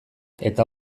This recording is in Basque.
eta